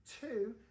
two